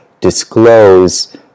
disclose